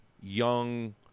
young